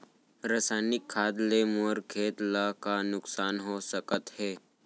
रसायनिक खाद ले मोर खेत ला का नुकसान हो सकत हे?